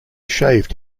shaved